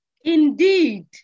Indeed